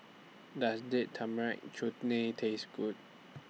Does Date Tamarind Chutney Taste Good